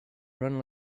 run